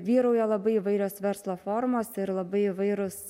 vyrauja labai įvairios verslo formos ir labai įvairūs